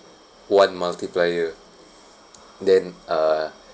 one multiplier then uh